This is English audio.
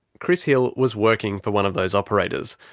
chris hill was working for one of those operators,